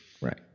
Right